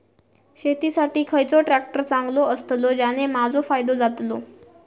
शेती साठी खयचो ट्रॅक्टर चांगलो अस्तलो ज्याने माजो फायदो जातलो?